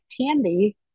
Tandy